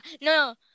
no